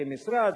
כמשרד,